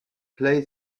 play